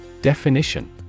Definition